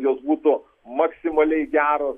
jos būtų maksimaliai gero